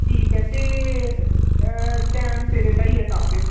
ठीक ऐ ते अच्छा फिर टैम सिर लाइयै फिर